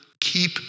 keep